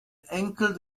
enkel